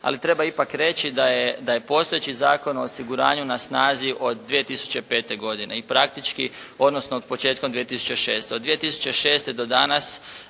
Ali treba ipak reći da je postojeći Zakon o osiguranju na snazi od 2005. godine i praktički, odnosno od početka 2006.